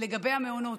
לגבי המעונות,